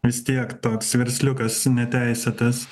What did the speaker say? vis tiek toks versliukas neteisėtas